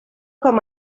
com